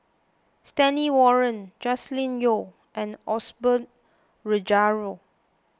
Stanley Warren Joscelin Yeo and Osbert Rozario